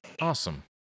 Awesome